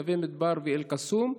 נווה מדבר ואל-קסום.